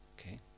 Okay